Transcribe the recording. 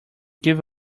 give